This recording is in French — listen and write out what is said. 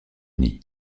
uni